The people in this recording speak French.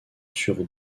sur